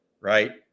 right